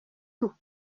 tout